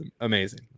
amazing